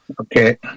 Okay